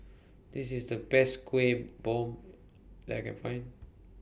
This IS The Best Kueh Bom that Can Find